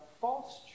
false